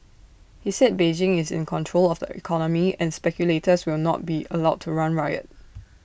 he said Beijing is in control of the economy and speculators will not be allowed to run riot